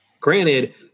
Granted